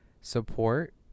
support